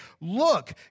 Look